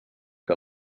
que